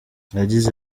yagize